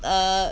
uh